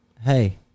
hey